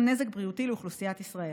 נזק בריאותי לאוכלוסיית ישראל.